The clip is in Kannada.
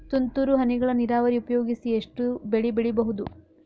ತುಂತುರು ಹನಿಗಳ ನೀರಾವರಿ ಉಪಯೋಗಿಸಿ ಎಷ್ಟು ಬೆಳಿ ಬೆಳಿಬಹುದು?